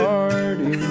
party